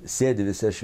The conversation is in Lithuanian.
sėdi visi aš